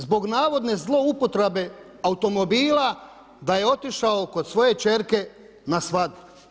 Zbog navodne zloupotrebe automobila da je otišao kod svoje kćerke na svadbu.